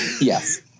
Yes